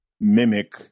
Mimic